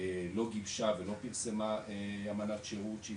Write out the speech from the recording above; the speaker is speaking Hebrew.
- לא גיבשה ולא פרסמה אמנת שירות שהיא